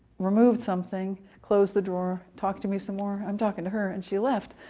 removed something, closed the drawer, talked to me some more. i'm talking to her, and she left,